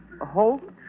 Hope